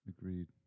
Agreed